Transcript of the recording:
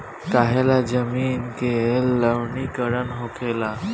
काहें ला जमीन के लवणीकरण होखेला